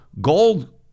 gold